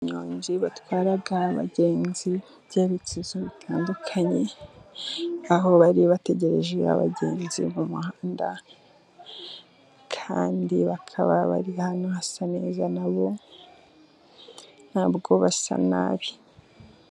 Abanyonzi batwara abagenzi by'ibyerekezo bitandukanye, aho bari bategereje abagenzi mu muhanda, kandi bakaba bari ahantu hasa neza na bo ntabwo basa nabi.